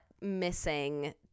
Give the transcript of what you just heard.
missing